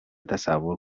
تصور